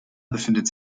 befindet